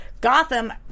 Gotham